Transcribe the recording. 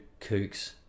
kooks